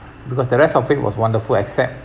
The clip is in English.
because the rest of trip was wonderful except